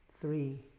three